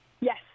Yes